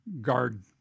guard